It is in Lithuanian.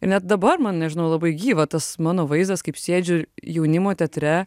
ir net dabar man nežinau labai gyva tas mano vaizdas kaip sėdžiu jaunimo teatre